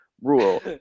Rule